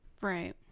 Right